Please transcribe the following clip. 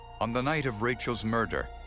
on the night of rachel's murder,